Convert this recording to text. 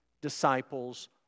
disciples